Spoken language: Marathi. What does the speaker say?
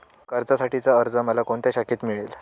कर्जासाठीचा अर्ज मला कोणत्या शाखेत मिळेल?